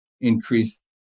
increase